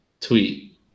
tweet